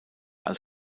als